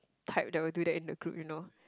type that will do that in a group you know